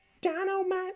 Dynamite